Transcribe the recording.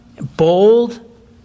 bold